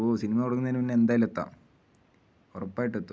ഓ cinema തുടങ്ങുന്നതിന് മുൻപ് എന്തായാലും എത്താം ഉറപ്പായിട്ട് എത്തും